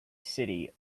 city